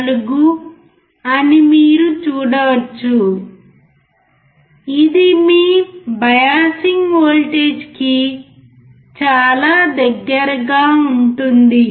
4 అని మీరు చూడవచ్చు ఇది మీ బయాసింగ్ వోల్టేజీకి చాలా దగ్గరగా ఉంటుంది